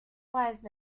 wise